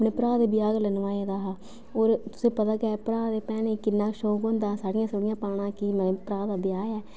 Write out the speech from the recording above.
अपने भ्रा दे ब्याह गल्ला नुआए दा हा और तुसें पता गै है भ्रा ते भैनें दे ब्याह दा किन्ना शौक होंदा साड़ियां सूड़ियां पाने दा कि माए भ्रा दा ब्याह ऐ